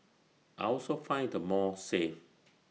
I also find the mall safe